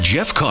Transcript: Jeff